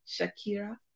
Shakira